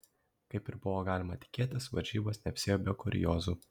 kaip ir buvo galima tikėtis varžybos neapsiėjo be kuriozų